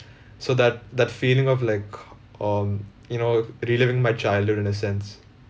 so that that feeling of like um you know reliving my childhood in a sense